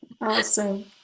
awesome